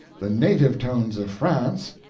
the native tones of france,